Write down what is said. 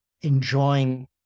enjoying